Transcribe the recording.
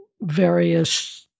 various